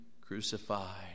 crucified